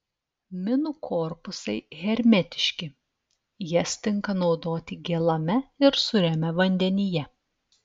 minų korpusai hermetiški jas tinka naudoti gėlame ir sūriame vandenyje